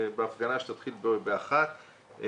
בהפגנה שתתחיל ב-13:00,